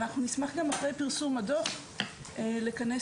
אחרי פרסום הדו"ח אנחנו גם נשמח לכנס